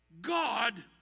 God